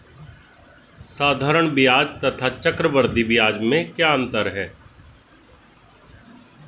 साधारण ब्याज तथा चक्रवर्धी ब्याज में क्या अंतर है?